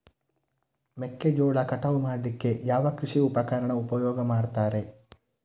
ಮೆಕ್ಕೆಜೋಳ ಕಟಾವು ಮಾಡ್ಲಿಕ್ಕೆ ಯಾವ ಕೃಷಿ ಉಪಕರಣ ಉಪಯೋಗ ಮಾಡ್ತಾರೆ?